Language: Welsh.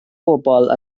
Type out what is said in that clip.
bobol